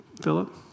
Philip